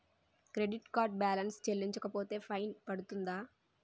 Credit card balance చెల్లించకపోతే fine పడ్తుంద?